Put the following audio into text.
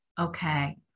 Okay